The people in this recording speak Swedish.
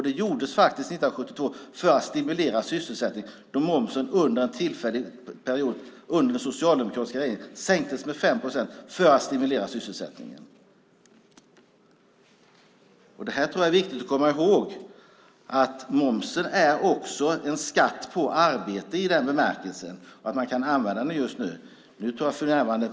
Det gjordes faktiskt år 1972 för att stimulera sysselsättningen då momsen en tillfällig period under den socialdemokratiska regeringen sänktes med 5 procent för att stimulera sysselsättningen. Det är viktigt att komma ihåg att momsen också är en skatt på arbete i den bemärkelsen att man kan använda den just nu.